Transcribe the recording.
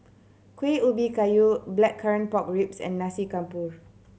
Kueh Ubi Kayu Blackcurrant Pork Ribs and Nasi Campur